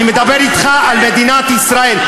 אני מדבר אתך על מדינת ישראל.